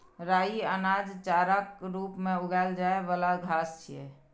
राइ अनाज, चाराक रूप मे उगाएल जाइ बला घास छियै